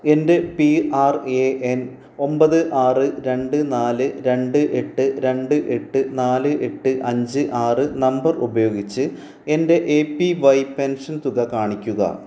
എന്റെ P R A N ഒമ്പത് ആറ് രണ്ട് നാല് രണ്ട് എട്ട് രണ്ട് എട്ട് നാല് എട്ട് അഞ്ച് ആറ് നമ്പർ ഉപയോഗിച്ച് എന്റെ ഏ പി വൈ പെൻഷൻ തുക കാണിക്കുക